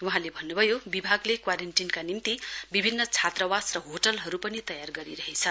वहाँले भन्नुभयो विभागले क्वारेन्टीनका निम्ति विभिन्न छात्रवास र होटलहरू पनि तयार गरिरहेछ